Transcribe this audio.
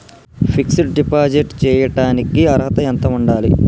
Fix డ్ deposit చేయటానికి అర్హత ఎంత ఉండాలి?